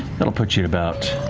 that'll put you about